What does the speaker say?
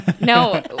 No